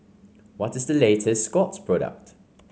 what is the latest Scott's product